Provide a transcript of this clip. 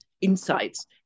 insights